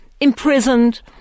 imprisoned